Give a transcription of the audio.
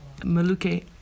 Maluke